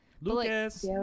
Lucas